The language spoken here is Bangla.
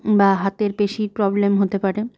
বা হাতের পেশির প্রবলেম হতে পারে